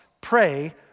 pray